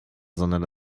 sondern